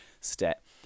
step